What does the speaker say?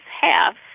half